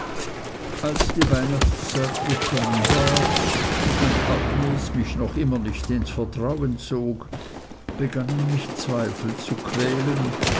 als die weihnachtszeit gekommen war und agnes mich noch immer nicht ins vertrauen zog begannen mich zweifel zu quälen